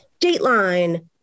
dateline